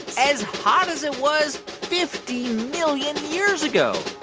as hot as it was fifty million years ago